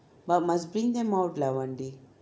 but must bring them out lah one day